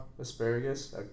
Asparagus